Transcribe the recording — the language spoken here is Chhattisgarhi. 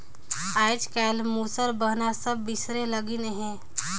आएज काएल मूसर बहना सब बिसरे लगिन अहे